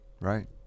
Right